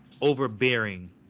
overbearing